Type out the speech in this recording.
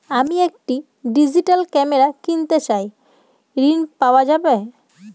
আমি একটি digital camera কিনতে চাই ঝণ পাওয়া যাবে?